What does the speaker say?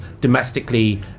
domestically